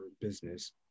business